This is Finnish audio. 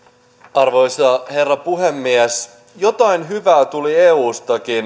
arvoisa herra puhemies jotain hyvää tuli eustakin